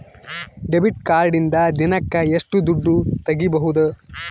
Debit ಕಾರ್ಡಿನಿಂದ ದಿನಕ್ಕ ಎಷ್ಟು ದುಡ್ಡು ತಗಿಬಹುದು?